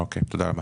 תודה רבה.